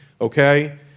okay